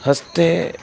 हस्ते